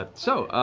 but so,